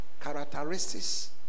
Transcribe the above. characteristics